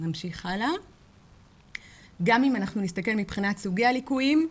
גם אם נסתכל מבחינת סוגי הליקויים,